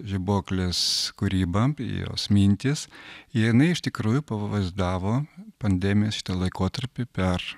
žibuoklės kūryba jos mintys jinai iš tikrųjų pavaizdavo pandemijos laikotarpį per